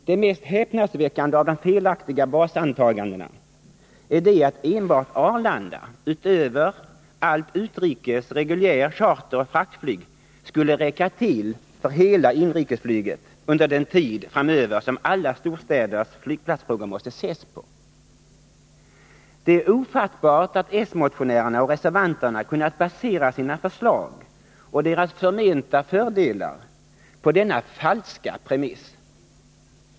Det mest häpnadsväckande av de felaktiga basantagandena är att enbart Arlanda — utöver för allt utrikes-, reguljär-, charteroch fraktflyg — skulle räcka till för hela inrikesflyget under den tid framöver som alla storstäders flygplatsfrågor måste ses på. Det är ofattbart att s-motionärerna och reservanterna kunnat basera sina förslag och dessas förmenta fördelar på denna falska premiss.